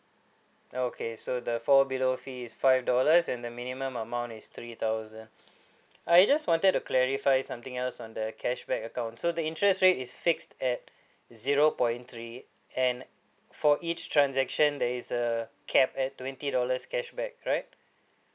okay so the fall below fee is five dollars and the minimum amount is three thousand I just wanted to clarify something else on the cashback account so the interest rate is fixed at zero point three and for each transaction there is a cap at twenty dollars cashback right